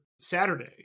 Saturday